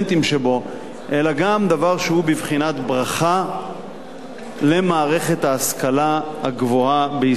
אלא גם דבר שהוא בבחינת ברכה למערכת ההשכלה הגבוהה בישראל בכללותה.